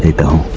ah go,